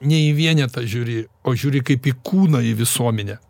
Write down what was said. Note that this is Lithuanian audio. ne į vienetą žiūri o žiūri kaip į kūną į visuomenę